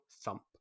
thump